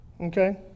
Okay